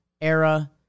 era